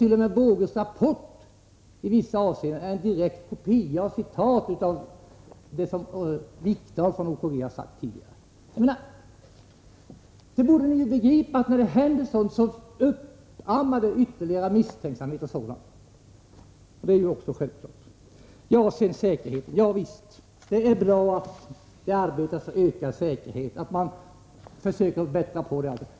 T. o. m. Boges rapport är i vissa avseenden en direkt kopia eller direkta citat av det som Wikdahl från OKG tidigare sagt. Ni borde väl begripa att sådant 59 uppammar ytterligare misstänksamhet. Det är självklart. Det är bra att man försöker bättra på säkerheten.